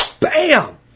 bam